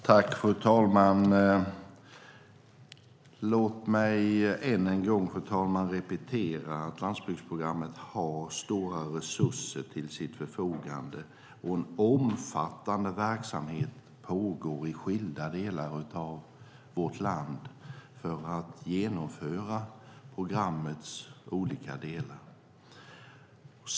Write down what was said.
Fru talman! Låt mig än en gång repetera att landsbygdsprogrammet har stora resurser till sitt förfogande. En omfattande verksamhet pågår i skilda delar av vårt land för att genomföra programmets olika delar.